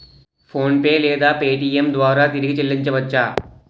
PhonePe లేదా Paytm ద్వారా తిరిగి చల్లించవచ్చ?